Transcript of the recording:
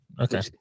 okay